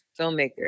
filmmaker